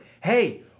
Hey